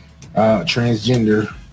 transgender